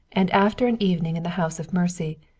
and after an evening in the house of mercy,